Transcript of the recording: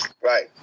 Right